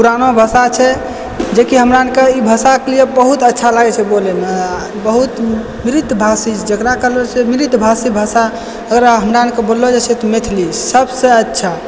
पुराना भाषा छै जे कि हमरा अरके ई भाषाके लिये बहुत अच्छा लागय छै बोलयमे आओर बहुत मृदुभाषी जकरा कहलहुँ से मृदुभाषी भाषा ओकरा हमरा अरके बोललो जाइ छै तऽ मैथिली सबसँ अच्छा